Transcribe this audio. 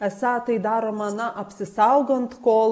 esą tai daroma na apsisaugant kol